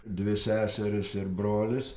dvi seserys ir brolis